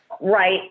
Right